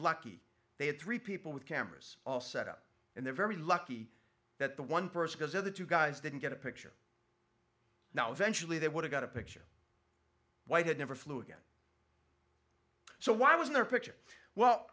lucky they had three people with cameras all set up and they're very lucky that the one person because of the two guys didn't get a picture now eventually they would have got a picture white had never flew again so why was there a picture well